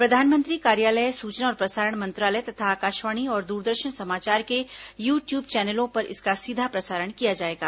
प्रधानमंत्री कार्यालय सूचना और प्रसारण मंत्रालय तथा आकाशवाणी और दूरदर्शन समाचार के यू ट्यूब चैनलों पर इसका सीधा प्रसारण किया जायेगा